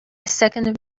second